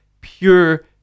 pure